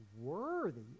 worthy